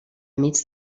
mig